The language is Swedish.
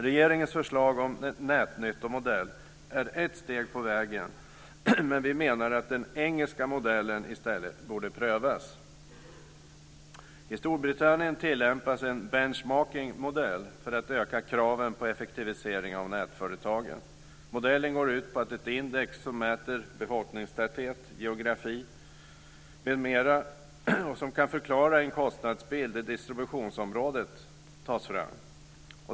Regeringens förslag om en nätnyttomodell är ett steg på vägen, men vi menar att den engelska modellen i stället borde prövas. I Storbritannien tillämpas en benchmarkingmodell för att öka kraven på effektivisering av nätföretagen. Modellen går ut på att ett index som mäter befolkningstäthet, geografi m.m. och som kan förklara kostnadsbilden för distributionsområdet tas fram.